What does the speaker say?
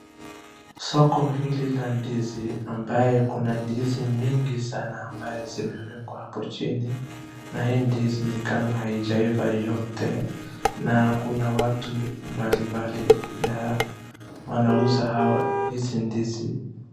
Soko hili la ndizi ambayo kuna ndizi mingi sana ambayo zimewekwa hapo chini na hii ndizi ni kama haijaiva yote, na kuna watu mbalimbali ya wanauza hizi ndizi.